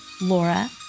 Laura